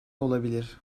olabilir